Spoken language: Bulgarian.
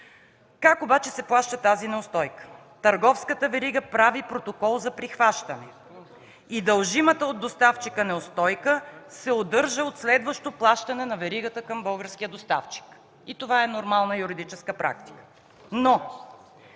Как обаче се плаща тази неустойка? Търговската верига прави протокол за прихващане и дължимата от доставчика неустойка се удържа от следващо плащане на веригата към българския доставчик. Това е нормална юридическа практика.